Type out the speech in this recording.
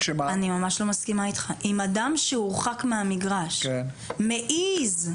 אם אדם שהורחק מהמגרש מעז,